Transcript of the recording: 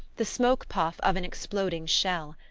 the smoke-puff of an exploding shell.